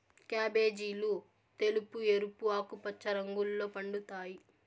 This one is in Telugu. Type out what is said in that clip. క్యాబేజీలు తెలుపు, ఎరుపు, ఆకుపచ్చ రంగుల్లో పండుతాయి